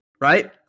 Right